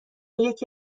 یکی